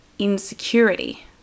insecurity